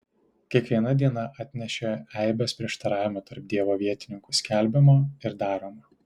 kiekviena diena atnešė eibes prieštaravimų tarp dievo vietininkų skelbiamo ir daromo